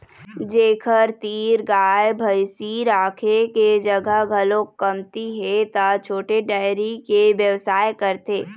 जेखर तीर गाय भइसी राखे के जघा घलोक कमती हे त छोटे डेयरी के बेवसाय करथे